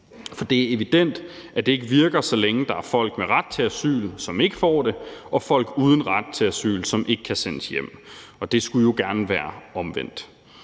For det er evident, at det ikke virker, så længe der er folk med ret til asyl, som ikke får det, og folk uden ret til asyl, som ikke kan sendes hjem, og det skulle jo gerne være omvendt.